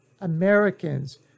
Americans